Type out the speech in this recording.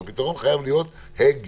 אבל הפתרון חייב להיות הגיוני,